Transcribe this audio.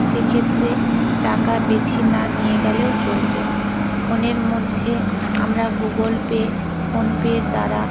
সেক্ষেত্রে টাকা বেশি না নিয়ে গেলেও চলবে ফোনের মধ্যে আমরা গুগল পে ফোন পের দ্বারা